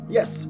Yes